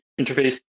interface